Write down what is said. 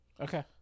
Okay